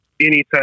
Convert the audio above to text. anytime